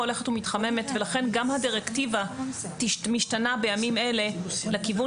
הולכת ומתחממת ולכן גם הדירקטיבה משתנה בימים אלה לכיוון